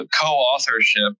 co-authorship